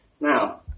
Now